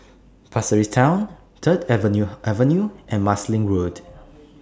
Pasir Ris Town Third Avenue Avenue and Marsiling Road